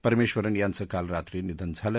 परमेश्वरन यांचं काल रात्री निधन झालं